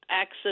access